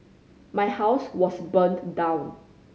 my house was burned down